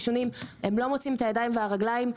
לא מוצאים את הידיים והרגליים.